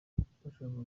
bashakaga